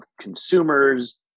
consumers